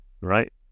right